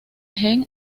gen